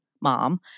mom